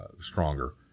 stronger